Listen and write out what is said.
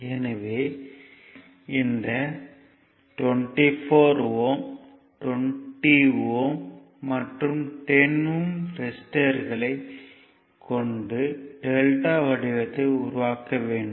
எனவே இந்த 24 Ω 20 Ω மற்றும் 10 Ω ரெசிஸ்டர்களைக் கொண்டு டெல்டா வடிவத்தை உருவாக்க வேண்டும்